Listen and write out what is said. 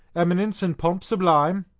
eminence, and pomp sublime?